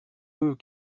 eux